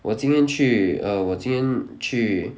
我今天去 err 我今天去